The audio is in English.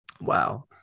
Wow